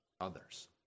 others